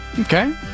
Okay